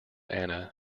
ana